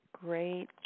Great